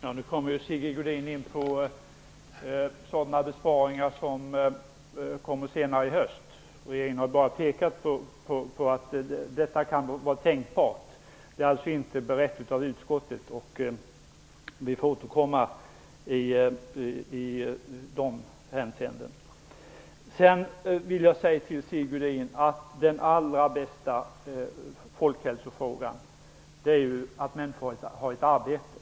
Herr talman! Sigge Godin tog upp besparingar som kommer senare i höst. Regeringen har bara pekat på att detta kan vara tänkbart, men det är alltså inte berett av utskottet. Vi får återkomma i de hänseendena. Till Sigge Godin vill jag säga att den allra viktigaste folkhälsofrågan är att människorna har ett arbete.